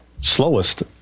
slowest